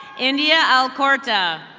india elcorta.